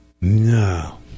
No